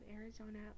Arizona